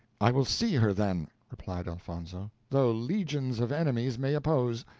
i will see her then, replied elfonzo, though legions of enemies may oppose.